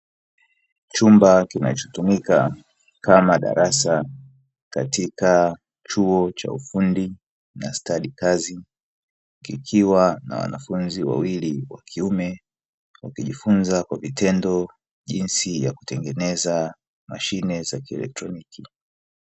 Chumba kinachotumika kama darasa katika chuo cha ufundi na stadi kazi, kikiwa na wanafunzi wawili wa kiume wakijifunza kwa vitendo jinsi ya kutengeneza mashine za kielektroniki.